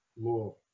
law